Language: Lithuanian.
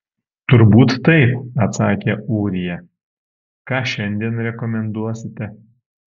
turbūt taip atsakė ūrija ką šiandien rekomenduosite